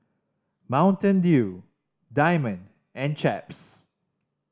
Mountain Dew Diamond and Chaps